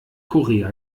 korea